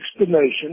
explanation